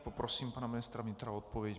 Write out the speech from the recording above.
Poprosím pana ministra vnitra o odpověď.